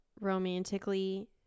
romantically